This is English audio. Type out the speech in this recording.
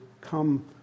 come